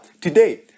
today